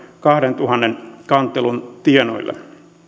kahdentuhannen kantelun tienoille